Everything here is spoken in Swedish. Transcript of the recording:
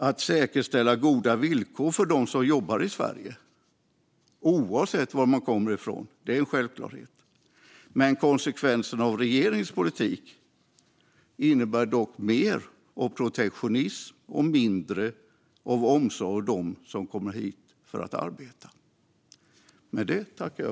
Att säkerställa goda villkor för dem som jobbar i Sverige, oavsett var de kommer ifrån, är en självklarhet. Men konsekvenserna av regeringens politik innebär mer av protektionism och mindre av omsorg om dem som kommer hit för att arbeta.